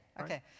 okay